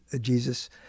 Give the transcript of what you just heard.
Jesus